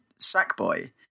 Sackboy